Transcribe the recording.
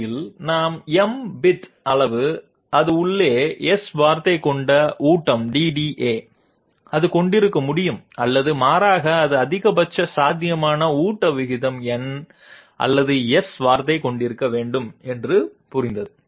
அதே வழியில் நாம் m பிட் அளவு இது உள்ளே S வார்த்தை கொண்ட ஊட்டம் DDA அது கொண்டிருக்க முடியும் அல்லது மாறாக அது அதிகபட்ச சாத்தியமான ஊட்டம் விகிதம் எண் அல்லது S வார்த்தை கொண்டிருக்க வேண்டும் என்று புரிந்து